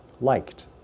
Liked